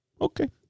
Okay